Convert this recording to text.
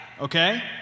Okay